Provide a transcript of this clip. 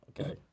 Okay